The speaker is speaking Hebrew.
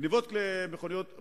גנבת מכוניות,